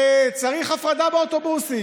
צריך הפרדה באוטובוסים,